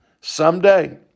someday